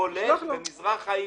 כולל במזרח העיר.